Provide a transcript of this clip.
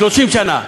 30 שנה,